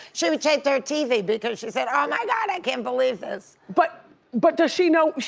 she taped her tv because she said oh my god, i can't believe this. but but does she know,